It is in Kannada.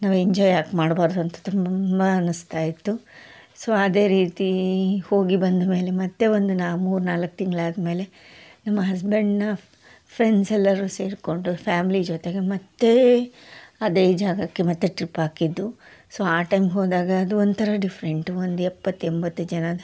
ನಾವು ಎಂಜಾಯ್ ಯಾಕೆ ಮಾಡ್ಬಾರದು ಅಂತ ತುಂಬಾ ಅನ್ಸ್ತಾಯಿತ್ತು ಸೊ ಅದೇ ರೀತಿ ಹೋಗಿ ಬಂದ ಮೇಲೆ ಮತ್ತೆ ಒಂದು ನಾ ಮೂರು ನಾಲ್ಕು ತಿಂಗಳಾದ್ಮೇಲೆ ನಮ್ಮ ಹಸ್ಬೆಂಡ್ನ ಫ್ರೆಂಡ್ಸ್ ಎಲ್ಲರು ಸೆರಿಕೊಂಡಿ ಫ್ಯಾಮ್ಲಿ ಜೊತೆಗೆ ಮತ್ತೆ ಅದೇ ಜಾಗಕ್ಕೆ ಮತ್ತೆ ಟ್ರಿಪ್ ಹಾಕಿದ್ದು ಸೊ ಆ ಟೈಮ್ ಹೋದಾಗ ಅದು ಒಂಥರಾ ಡಿಫ್ರೆಂಟ್ ಒಂದು ಎಪ್ಪತ್ತು ಎಂಬತ್ತು ಜನ